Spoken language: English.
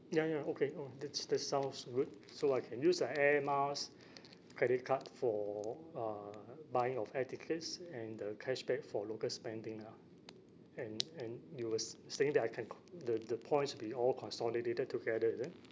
ya ya okay oh that's that sounds good so I can use the air miles credit card for uh buying of air tickets and the cashback for local spending lah and and you were s~ saying that I can co~ the the points will be all consolidated together is it